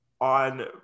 on